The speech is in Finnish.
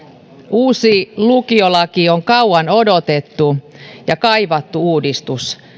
uusi lukiolaki on kauan odotettu ja kaivattu uudistus